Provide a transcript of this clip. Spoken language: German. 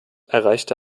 erreichte